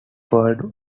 world